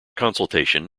consultation